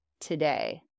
today